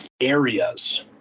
areas